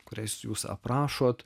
kurias jūs aprašot